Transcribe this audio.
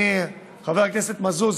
חבר הכנסת מזוז,